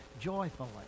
joyfully